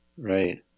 right